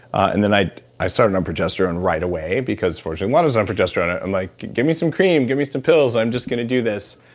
and then, i i started on progesterone right away, because fortunately, lana's on progesterone. ah i'm just like, give me some cream. give me some pills. i'm just gonna do this.